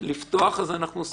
יש